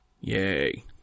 Yay